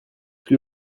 plus